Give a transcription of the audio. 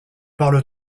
parle